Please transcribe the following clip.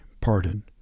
pardon